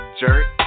jerk